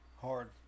Hard